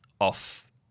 off